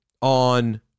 On